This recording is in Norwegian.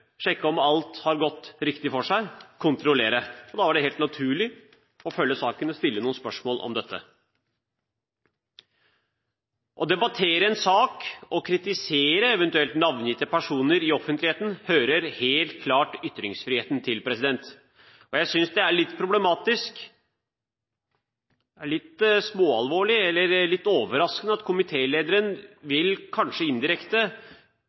sjekke om alt har gått riktig for seg, å kontrollere. Da har det vært naturlig å følge saken og stille noen spørsmål om dette. Å debattere en sak og eventuelt å kritisere navngitte personer i offentligheten hører helt klart ytringsfriheten til. Jeg synes det er litt problematisk, alvorlig og overraskende at komitélederen på denne måten kanskje indirekte